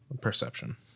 Perception